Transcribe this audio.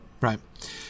right